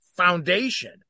foundation